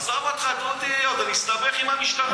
עזוב אותך, דודי, עוד אסתבך עם המשטרה.